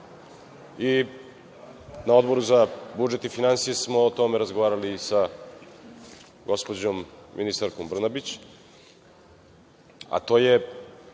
Na Odboru za budžet i finansije smo o tome razgovarali i sa gospođom ministarkom Brnabić,